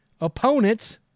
opponents